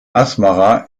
asmara